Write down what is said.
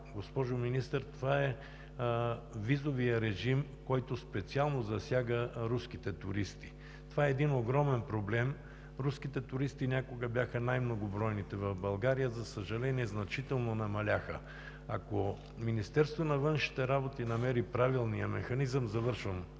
госпожо Министър, е визовият режим, който засяга специално руските туристи. Това е огромен проблем. Руските туристи някога бяха най-многобройните в България. За съжаление, значително намаляха. Ако Министерството на външните работи намери правилния механизъм и